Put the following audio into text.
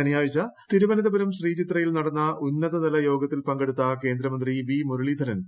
ശനിയാഴ്ച തിരുവനന്തപുരം ശ്രീചിത്രയിൽ നടന്ന ഉന്നതതല യോഗത്തിൽ പങ്കെടുത്ത കേന്ദ്രമന്ത്രി വി മുരളീധരൻ